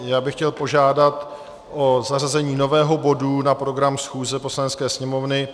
Já bych chtěl požádat o zařazení nového bodu na program schůze Poslanecké sněmovny.